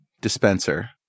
dispenser